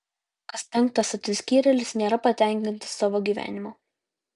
kas penktas atsiskyrėlis nėra patenkintas savo gyvenimu